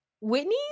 Whitney